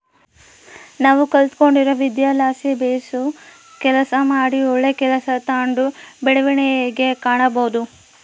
ನಾವು ಕಲಿತ್ಗಂಡಿರೊ ವಿದ್ಯೆಲಾಸಿ ಬೇಸು ಕೆಲಸ ಮಾಡಿ ಒಳ್ಳೆ ಕೆಲ್ಸ ತಾಂಡು ಬೆಳವಣಿಗೆ ಕಾಣಬೋದು